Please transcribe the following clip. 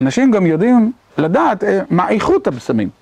אנשים גם יודעים לדעת מה איכות הב'מים.